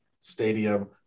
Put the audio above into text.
stadium